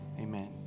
amen